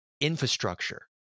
infrastructure